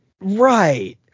Right